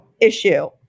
issue